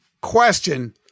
question